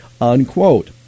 Unquote